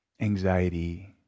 anxiety